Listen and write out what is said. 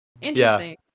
interesting